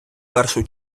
першу